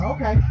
Okay